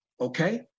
Okay